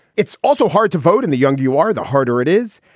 it's also hard to vote in the younger you are, the harder it is.